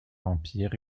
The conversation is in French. empire